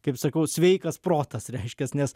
kaip sakau sveikas protas reiškias nes